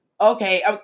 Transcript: okay